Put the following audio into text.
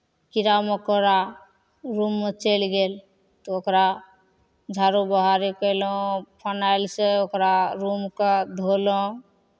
कीड़ा मकोड़ा रूममे चलि गेल तऽ ओकरा झाड़ू बहारू कयलहुँ फिनाइलसँ ओकरा रूमकेँ धोलहुँ